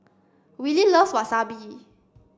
Willie loves Wasabi